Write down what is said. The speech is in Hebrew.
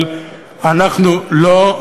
אבל אנחנו לא,